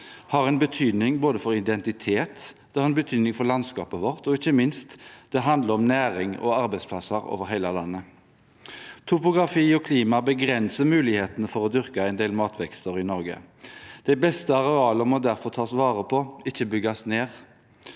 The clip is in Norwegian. har betydning for landskapet vårt, og ikke minst: Det handler om næring og arbeidsplasser over hele landet. Topografi og klima begrenser mulighetene for å dyrke en del matvekster i Norge. Det beste arealet må derfor tas vare på, ikke bygges ned.